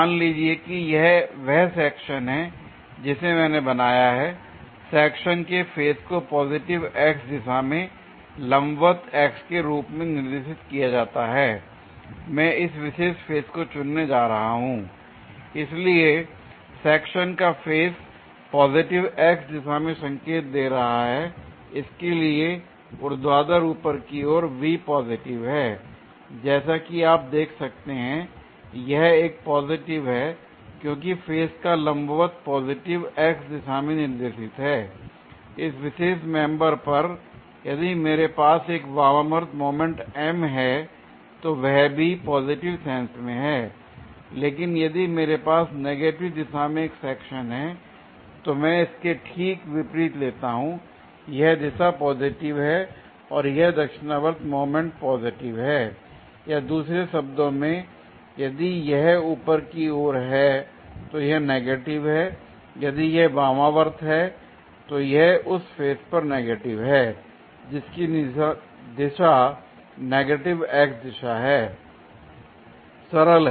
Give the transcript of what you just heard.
मान लीजिए कि यह वह सेक्शन है जिसे मैंने बनाया है सेक्शन के फेस को पॉजिटिव x दिशा में लंबवत x के रूप में निर्देशित किया जाता है मैं इस विशेष फेस को चुनने जा रहा हूं l इसलिए सेक्शन का फेस पॉजिटिव x दिशा में संकेत दे रहा हैl इसके लिए ऊर्ध्वाधर ऊपर की ओर V पॉजिटिव है जैसा कि आप देख सकते हैं यह एक पॉजिटिव है l क्योंकि फेस का लंबवत पॉजिटिव x दिशा में निर्देशित है l इस विशेष मेंबर पर यदि मेरे पास एक वामावर्त मोमेंट M है तो वह भी पॉजिटिव सेंस में हैं l लेकिन यदि मेरे पास नेगेटिव दिशा में एक सेक्शन है तो मैं इसके ठीक विपरीत लेता हूं यह दिशा पॉजिटिव है और यह दक्षिणावर्त मोमेंट पॉजिटिव है l या दूसरे शब्दों में यदि यह ऊपर की ओर है तो यह नेगेटिव है यदि यह वामावर्त है तो यह उस फेस पर नेगेटिव है जिसकी दिशा नेगेटिव x दिशा है l सरल है